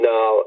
Now